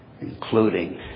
including